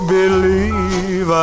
believe